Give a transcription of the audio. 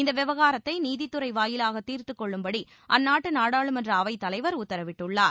இந்த விவகராரத்தை நீதித்துறை வாயிலாக தீர்த்துக் கொள்ளும்படி அந்நாட்டு நாடாளுமன்ற அவைத் தலைவர் உத்தரவிட்டுள்ளார்